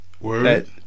Word